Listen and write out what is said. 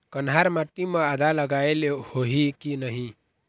कन्हार माटी म आदा लगाए ले होही की नहीं?